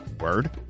word